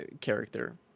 character